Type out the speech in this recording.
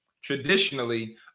Traditionally